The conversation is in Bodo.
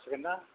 जासिगोनदां